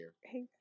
Hey